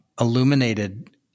illuminated